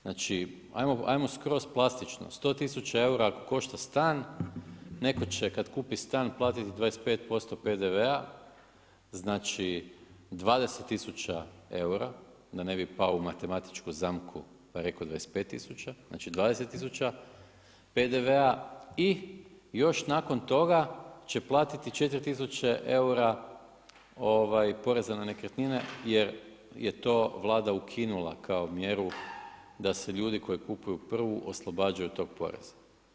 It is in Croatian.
Znači hajmo skroz plastično, 100 tisuća eura košta stan, netko će kada kupi stan platiti 25% PDV-a, znači 20 tisuća eura da ne bi pao u matematičku zamku pa rekao 25 tisuća, znači 20 tisuća PDV-a i još nakon toga će platiti 4 tisuće eura poreza na nekretnine jer je to Vlada ukinula kao mjeru da se ljudi koji kupuju prvu oslobađaju tog poreza.